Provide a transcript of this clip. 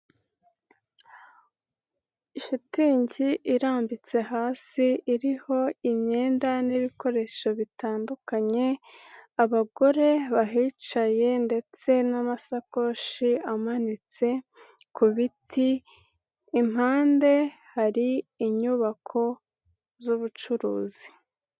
Shitingi irambitse hasi iriho imyenda n'ibikoresho bitandukanye, abagore bahicaye ndetse n'amasakoshi amanitse ku biti, impande hari inyubako z'ubucuruzi.